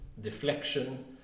deflection